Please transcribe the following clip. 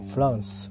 France